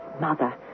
Mother